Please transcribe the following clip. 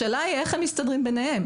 השאלה היא איך הם מסתדרים ביניהם.